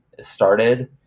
started